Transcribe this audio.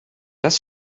das